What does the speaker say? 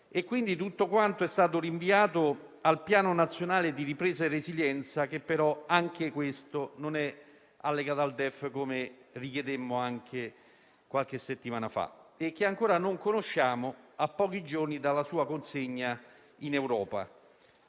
è stato tutto rinviato al Piano nazionale di ripresa e resilienza. Anche questo, però, non è allegato al DEF, come richiedemmo anche qualche settimana fa, e che ancora non conosciamo a pochi giorni dalla sua consegna in Europa.